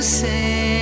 say